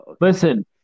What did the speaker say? Listen